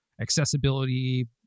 accessibility